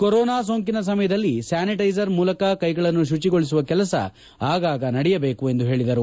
corona ಸೋಂಕಿನ ಸಮಯದಲ್ಲಿ sanitiser ಮೂಲಕ ಕೈಗಳನ್ನು ಶುಚಿಗೊಳಿಸುವ ಕೆಲಸ ಆಗಾಗ ನಡೆಯಬೇಕು ಎಂದು ತಿಳಿಸಿದರು